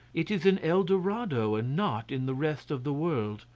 it is in el dorado and not in the rest of the world.